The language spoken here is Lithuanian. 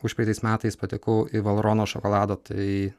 užpraeitais metais patekau į valrhona šokolado tai